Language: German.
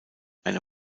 eine